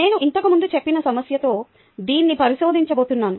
నేను ఇంతకు ముందు చెప్పిన సమస్యతో దీన్ని ప్రదర్శించబోతున్నాను